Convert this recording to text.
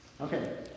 Okay